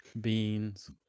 beans